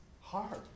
hard